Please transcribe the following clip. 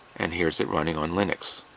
and here's it running on linux.